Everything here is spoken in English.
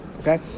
Okay